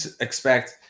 expect